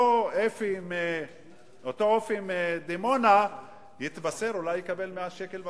אותו אופי מדימונה יתבשר שאולי יקבל 100 שקל במשכורת.